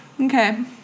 Okay